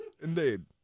indeed